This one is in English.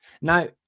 Now